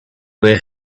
were